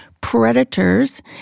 predators